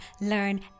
learn